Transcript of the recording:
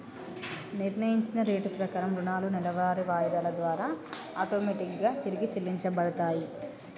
నిర్ణయించిన రేటు ప్రకారం రుణాలు నెలవారీ వాయిదాల ద్వారా ఆటోమేటిక్ గా తిరిగి చెల్లించబడతయ్